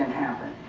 happen.